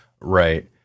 Right